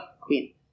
queen